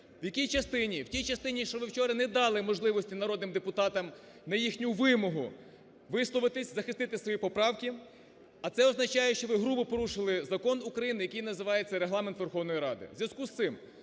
В тій частині, що ви вчора не дали можливості народним депутатам, на їхню вимогу, висловитися, захисти свої поправки. А це означає, що ви грубо порушили Закон України, який називається Регламент Верховної Ради.